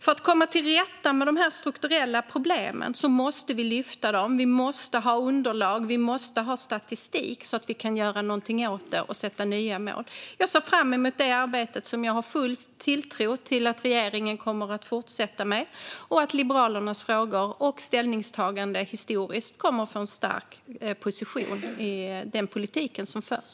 För att komma till rätta med de strukturella problemen måste vi lyfta upp dem. Vi måste ha underlag och statistik för att kunna göra något åt det och sätta upp nya mål. Jag ser fram emot det arbetet, som jag har full tilltro till att regeringen kommer att fortsätta med. Och jag har tilltro till att Liberalernas frågor och ställningstaganden historiskt kommer att ha en stark position i den politik som förs.